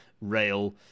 rail